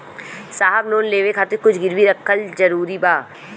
साहब लोन लेवे खातिर कुछ गिरवी रखल जरूरी बा?